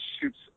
shoots